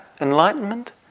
enlightenment